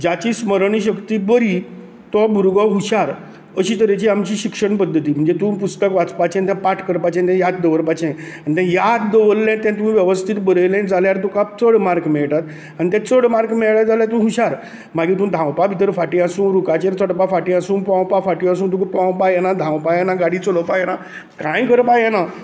ज्याची स्मरण शक्ती बरी तो भुरगो हुशार अशी तरेची आमची शिक्षण पद्दती म्हणजे तूं पुस्तक वाचपाचें तें पाट करपाचें ते याद दवरपाचे आनी तें याद दवरले तें तुवें वेवस्थीत बरयलें जाल्यार तुका चड मार्क मेळटात आनी ते चड मार्क मेळ्ळे जाल्यार तूं हुशार मागीर तूं धावपा भितर फाटीं आसूं रुखाचेर चडपाक फाटीं आसू पोवपां फाटीं आसूं तुका पोवपां येना धावपां येना गाडी चलोवपा येना कांय करपा येना